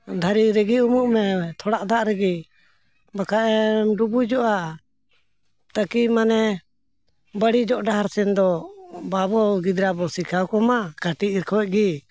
ᱫᱷᱟᱨᱮ ᱨᱮᱜᱮ ᱩᱢᱩᱜ ᱢᱮ ᱛᱷᱚᱲᱟ ᱫᱟᱜ ᱨᱮᱜᱮ ᱵᱟᱠᱷᱟᱡᱼᱮᱢ ᱰᱩᱵᱩᱡᱚᱜᱼᱟ ᱛᱟᱹᱠᱤ ᱢᱟᱱᱮ ᱵᱟᱹᱲᱤᱡᱚᱜ ᱰᱟᱦᱟᱨ ᱥᱮᱱᱫᱚ ᱵᱟᱵᱚ ᱜᱤᱫᱽᱨᱟᱹ ᱵᱚ ᱥᱤᱠᱷᱟᱣ ᱠᱚᱢᱟ ᱠᱟᱹᱴᱤᱡ ᱠᱷᱚᱱᱜᱮ